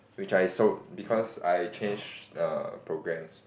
which I sold because I changed err programs